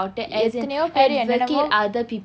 எத்தனையோ பேர் என்னனமோ:ethanaiyo paer enanammo